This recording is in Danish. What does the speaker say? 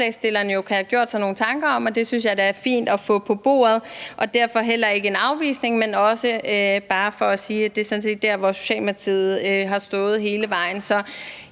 kan have gjort sig nogle tanker om, og det synes jeg da er fint at få på bordet. Derfor er det heller ikke en afvisning, men det er bare for at sige, at det sådan set er der, hvor Socialdemokratiet har stået hele vejen. Så